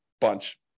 bunch